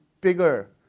bigger